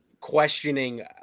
questioning